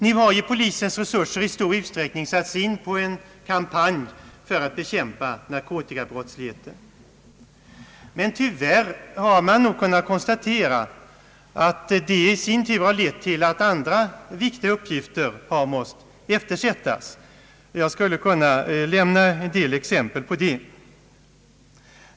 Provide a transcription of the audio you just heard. Nu har ju polisens resurser i stor utsträckning satts in på en kampanj mot narkotikabrottsligheten. Men tyvärr har man nog kunnat konstatera att det i sin tur har lett till att andra viktiga upp gifter har måst eftersättas, och jag skulle kunna lämna en del exempel på det.